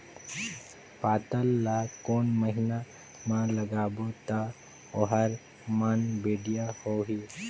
पातल ला कोन महीना मा लगाबो ता ओहार मान बेडिया होही?